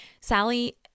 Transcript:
Sally